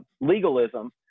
legalism